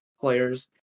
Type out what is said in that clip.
players